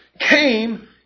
came